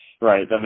Right